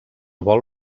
vol